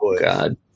God